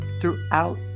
throughout